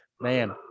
man